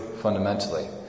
fundamentally